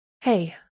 hey